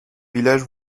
villages